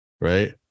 Right